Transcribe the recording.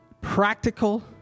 practical